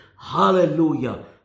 Hallelujah